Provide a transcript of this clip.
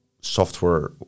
software